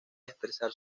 expresar